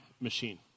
machine